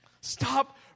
Stop